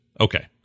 Okay